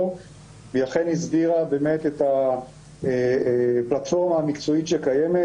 והיא אכן הסבירה באמת את הפלטפורמה המקצועית שקיימת,